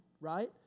right